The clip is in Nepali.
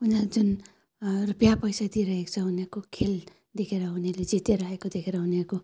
उनीहरू जुन रुपियाँ पैसा दिइरहेको छ उनीहरूको खेल देखेर उनीहरूले जितेर आएको देखेर उनीहरूको